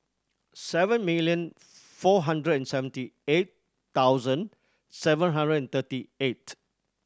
seven million four hundred and seventy eight thousand seven hundred and thirty eight